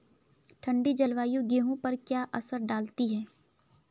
ठंडी जलवायु गेहूँ पर क्या असर डालती है?